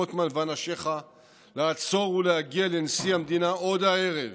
רוטמן ואנשיך לעצור ולהגיע לנשיא המדינה עוד הערב.